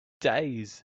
days